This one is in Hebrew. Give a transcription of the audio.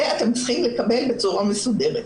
את זה אתם צריכים לקבל בצורה מסודרת,